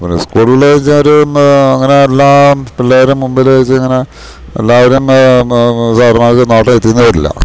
പിന്നെ സ്കൂളില്ന്നച്ച ഒരു അങ്ങനെ എല്ലാം പിള്ളേരും മുമ്പിൽ വച്ചിങ്ങനെ എല്ലാവരും സാർമാർക്ക് നോട്ടം എത്തിന്ന് വരില്ല